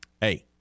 Hey